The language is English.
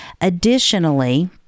Additionally